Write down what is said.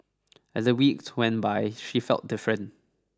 as the weeks went by she felt different